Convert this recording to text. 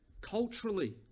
culturally